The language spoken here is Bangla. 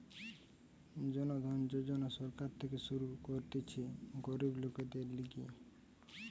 জন ধন যোজনা সরকার থেকে শুরু করতিছে গরিব লোকদের লিগে